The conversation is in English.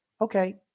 Okay